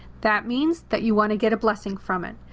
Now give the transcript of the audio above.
that means that you want to get a blessing from it.